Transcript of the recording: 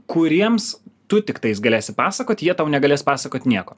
kuriems tu tiktais galėsi pasakot jie tau negalės pasakot nieko